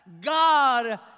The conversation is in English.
God